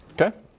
Okay